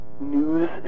news